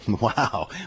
Wow